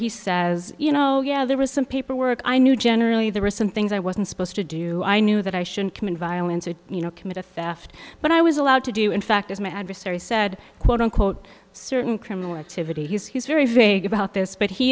he says you know yeah there was some paperwork i knew generally there were some things i wasn't supposed to do i knew that i shouldn't commit violence or you know commit a theft but i was allowed to do in fact as my adversary said quote unquote certain criminal activity he's he's very very good about this but he